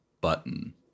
button